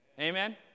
Amen